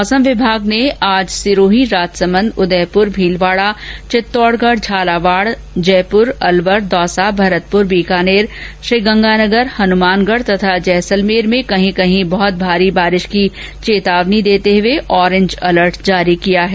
मौसमें विभाग ने आज सिरोही राजसमन्द उदयपुर भीलवाड़ा चित्तौड़गढ़ झालावाड़ जयपुर अलवर दौसा भरतपुर बीकानेर गंगानगर हनुमानगढ़ तथा जैसलमेर में कहीं कहीं बहुत भारी वर्षा की चैंतावनी देते हुए ऑरेज अलट जारी किया है